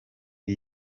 com